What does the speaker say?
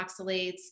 oxalates